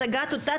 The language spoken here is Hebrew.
הצגת אותה